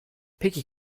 peki